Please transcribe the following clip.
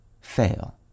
fail